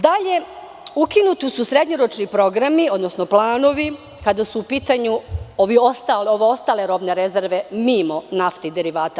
Dalje, ukinuti su srednjoročni programi, odnosno planovi, kada su u pitanju ostale robne rezerve mimo naftnih derivata.